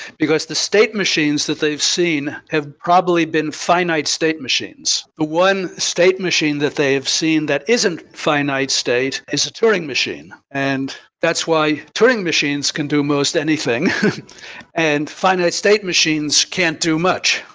because the state machines that they've seen have probably been finite state machines. one state machine that they have seen that isn't finite state is a turing machine, and that's why turing machines can do most anything and finite state machines can't do much.